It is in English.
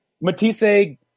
Matisse